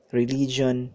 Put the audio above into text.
religion